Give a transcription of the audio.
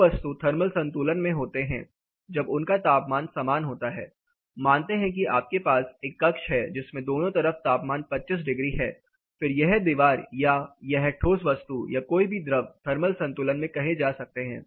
दो वस्तु थर्मल संतुलन में होते हैं जब उनका तापमान समान होता है मानते हैं कि आपके पास एक कक्ष है जिसके दोनों तरफ तापमान 25 डिग्री है फिर यह दीवार या यह ठोस वस्तु या कोई भी द्रव थर्मल संतुलन में कहे जा सकते हैं